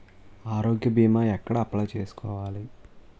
ఆరోగ్య భీమా ఎక్కడ అప్లయ్ చేసుకోవాలి?